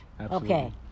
Okay